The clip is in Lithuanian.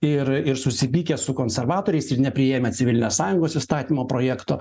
ir ir susipykę su konservatoriais ir nepriėmę civilinės sąjungos įstatymo projekto